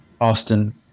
Austin